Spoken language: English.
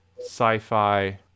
sci-fi